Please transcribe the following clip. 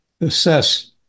assess